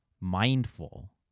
mindful